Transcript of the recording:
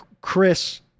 Chris